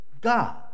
God